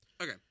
Okay